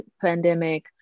pandemic